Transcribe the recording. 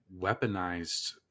weaponized